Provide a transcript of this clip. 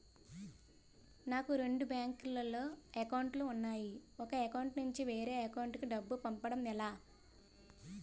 నాకు రెండు బ్యాంక్ లో లో అకౌంట్ లు ఉన్నాయి ఒక అకౌంట్ నుంచి వేరే అకౌంట్ కు డబ్బు పంపడం ఎలా?